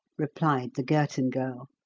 replied the girton girl.